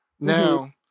Now